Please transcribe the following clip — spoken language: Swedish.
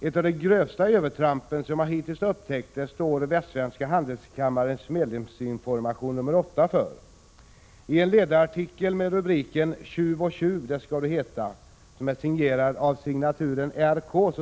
Ett av de grövsta övertramp som jag hittills har upptäckt står Västsvenska handelskammarens medlemsinformation nr 8 för. I en ledarartikel med rubriken Tjuv och tjuv — det skall du heta, signerad R.K.